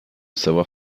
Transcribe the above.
savoir